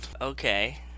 Okay